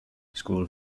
skål